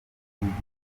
y’igiti